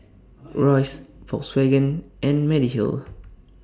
Royce Volkswagen and Mediheal